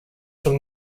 from